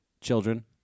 Children